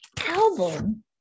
album